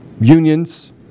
unions